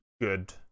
good